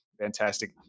fantastic